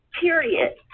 Period